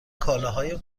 کالاهای